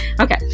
Okay